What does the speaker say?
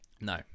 No